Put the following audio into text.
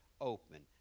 open